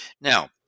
Now